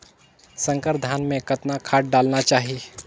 संकर धान मे कतना खाद डालना चाही?